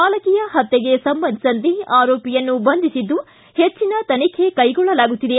ಬಾಲಕಿಯ ಹತ್ಯೆಗೆ ಸಂಬಂಧಿಸಿದಂತೆ ಆರೋಪಿಯನ್ನು ಬಂಧಿಸಿದ್ದು ಹೆಚ್ಚಿನ ತನಿಖೆ ಕೈಗೊಳ್ಳಲಾಗುತ್ತಿದೆ